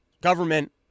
government